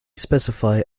specify